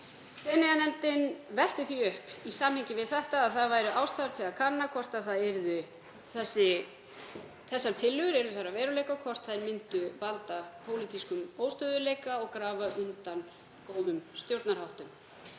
Feneyjanefndin velti því upp í samhengi við þetta að það væri ástæða til að kanna, ef þessar tillögur yrðu að veruleika, hvort þær myndu valda pólitískum óstöðugleika og grafa undan góðum stjórnarháttum.